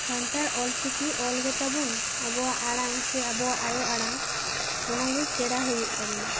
ᱥᱟᱱᱛᱟᱲ ᱚᱞᱚᱪᱤᱠᱤ ᱚᱞ ᱜᱮᱛᱟᱵᱚᱱ ᱟᱵᱚᱟᱜ ᱟᱲᱟᱝ ᱥᱮ ᱟᱵᱚᱣᱟᱜ ᱟᱭᱳ ᱟᱲᱟᱝ ᱚᱱᱟᱜᱮ ᱥᱮᱬᱟ ᱦᱩᱭᱩᱜ ᱛᱟᱵᱚᱱᱟ